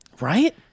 Right